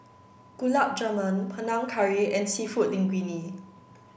Gulab Jamun Panang Curry and Seafood Linguine